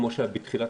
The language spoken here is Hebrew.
כמו שהיה בהתחלה,